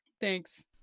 Thanks